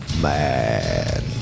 man